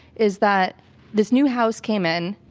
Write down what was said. is that this new house came in,